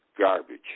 Garbage